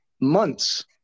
months